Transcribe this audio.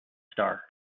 star